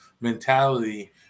mentality